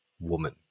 woman